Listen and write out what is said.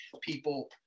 people